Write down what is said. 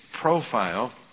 profile